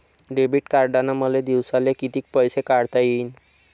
Debit कार्डनं मले दिवसाले कितीक पैसे काढता येईन?